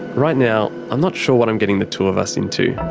right now, i'm not sure what i'm getting the two of us into.